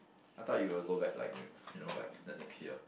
I thought you will go back like you know like the next year